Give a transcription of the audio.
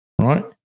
right